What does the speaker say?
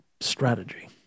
strategy